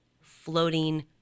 floating